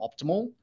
optimal